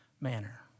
manner